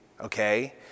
okay